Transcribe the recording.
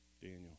Daniel